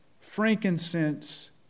frankincense